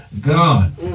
God